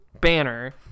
banner